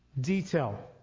Detail